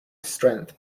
strength